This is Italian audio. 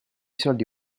soldi